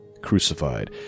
crucified